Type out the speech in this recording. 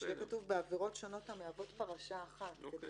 שיהיה כתוב: "בעבירות שונות המהוות פרשה אחת" כדי